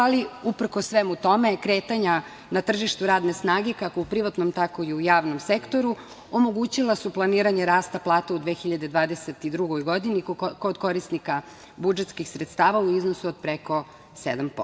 Ali, uprkos svemu tome, kretanja na tržištu radne snage, kako u privatnom, tako i u javnom sektoru, omogućila su planiranje rasta plata u 2022. godini kod korisnika budžetskih sredstava u iznosu od preko 7%